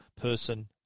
person